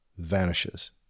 vanishes